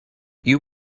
you